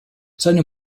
seine